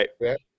right